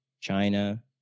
China